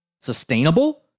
sustainable